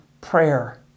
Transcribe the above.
prayer